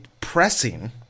pressing